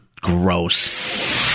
Gross